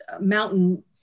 mountain